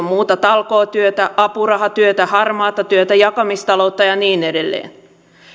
muuta talkootyötä apurahatyötä harmaata työtä jakamistaloutta ja niin edelleen